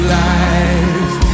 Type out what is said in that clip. life